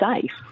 safe